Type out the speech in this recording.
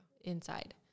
inside